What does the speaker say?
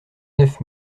neuf